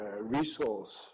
resource